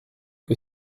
que